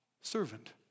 servant